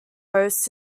host